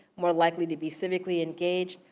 more likely to be civicily engaged,